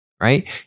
right